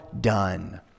done